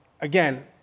again